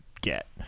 get